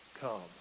come